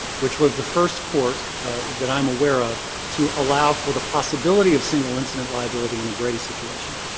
which was the first court that i am aware of to allow for the possibility of single incident liability in a brady situation.